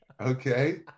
Okay